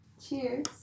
Cheers